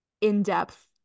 in-depth